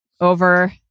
over